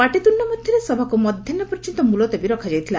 ପାଟିତୁଣ୍ଡ ମଧ୍ୟରେ ସଭାକୁ ମଧ୍ୟାହ୍ ପର୍ଯ୍ୟନ୍ତ ମ୍ରଲତବୀ ରଖାଯାଇଥିଲା